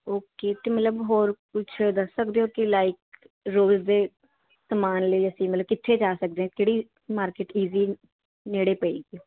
okay ਅਤੇ ਮਤਲਬ ਹੋਰ ਕੁਛ ਦੱਸ ਸਕਦੇ ਹੋ ਕਿ ਲਾਈਕ ਰੋਜ਼ ਦੇ ਸਮਾਨ ਲਈ ਅਸੀਂ ਮਤਲਬ ਕਿੱਥੇ ਜਾ ਸਕਦੇ ਕਿਹੜੀ ਮਾਰਕੀਟ ਈਜ਼ੀ ਨੇੜੇ ਪਏਗੀ